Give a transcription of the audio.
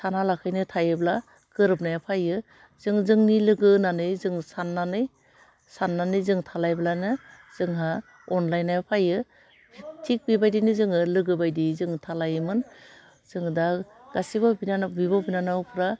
सानालाखैनो थायोब्ला गोरोबनाया फाइयो जोङो जोंनि लोगो होननानै जों साननानै साननानै जों थालायब्लानो जोंहा अनलायनाया फाइयो थिक बेबायदिनो जोङो लोगो बायदि जोङो थालायोमोन जोङो दा गासिबो बिनानाव बिब' बिनानावफ्रा